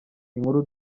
inkuru